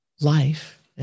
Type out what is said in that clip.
life